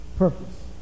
purpose